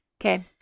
Okay